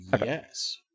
yes